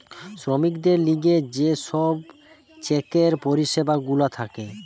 শ্রমিকদের লিগে যে সব চেকের পরিষেবা গুলা থাকে